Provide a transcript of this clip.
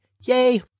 Yay